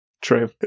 True